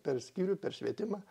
per skyrių per švietimą